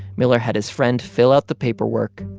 miller had his friend fill out the paperwork,